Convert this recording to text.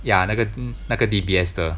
ya 那个那个 D_B_S 的